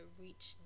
reach